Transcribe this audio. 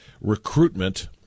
recruitment